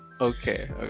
Okay